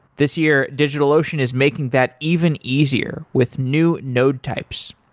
this year, digitalocean is making that even easier with new node types.